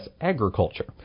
agriculture